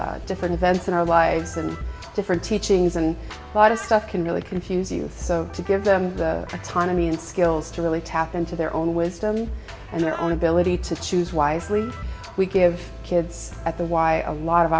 different events in our lives and different teachings and a lot of stuff can really confuse you so to give them the autonomy and skills to really tap into their own wisdom and their own ability to choose wisely we give kids at the y a lot of